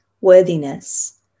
worthiness